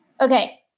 okay